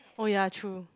oh ya true